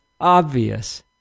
obvious